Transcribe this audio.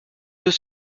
deux